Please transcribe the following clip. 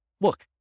look